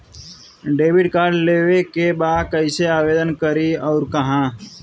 Debit card लेवे के बा कइसे आवेदन करी अउर कहाँ?